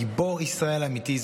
גיבור ישראל אמיתי,